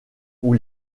ont